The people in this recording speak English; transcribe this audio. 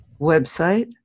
website